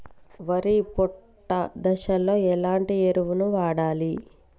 వరి పొట్ట దశలో ఎలాంటి ఎరువును వాడాలి?